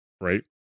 right